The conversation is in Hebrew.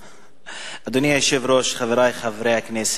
אדוני היושב-ראש, חברי חברי הכנסת,